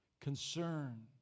concern